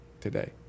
today